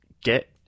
get